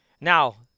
Now